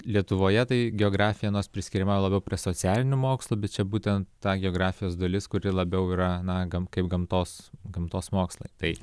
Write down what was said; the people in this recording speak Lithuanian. lietuvoje tai geografija nors priskiriama labiau prie socialinių mokslų bet čia būtent ta geografijos dalis kuri labiau yra na kaip gamtos gamtos mokslai tai